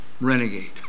renegade